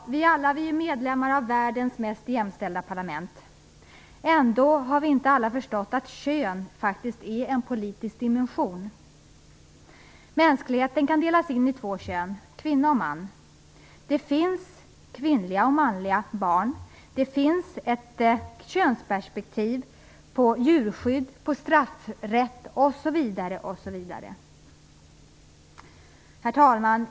Vi är alla medlemmar av världens mest jämställda parlament. Ändå har vi inte alla förstått att kön är en politisk dimension. Verkligheten kan delas in i två kön: kvinna och man. Det finns kvinnliga och manliga barn. Det finns ett könsperspektiv på djurskydd, straffrätt, osv. Herr talman!